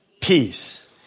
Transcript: peace